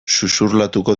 xuxurlatuko